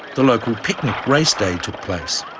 the local picnic race day took place.